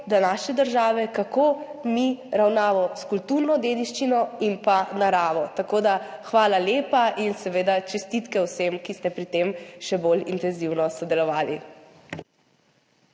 naše države, kako mi ravnamo s kulturno dediščino in pa naravo. Tako da hvala lepa in seveda čestitke vsem, ki ste pri tem še bolj intenzivno sodelovali.